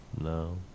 No